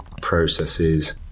processes